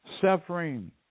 suffering